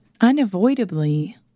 unavoidably